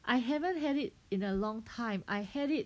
I haven't had it in a long time I had it